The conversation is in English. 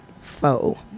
foe